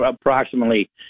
approximately